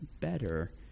better